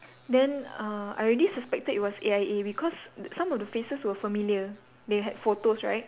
then uh I already suspected it was A_I_A because some of the faces were familiar they had photos right